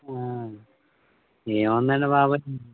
ఏముందండి బాబు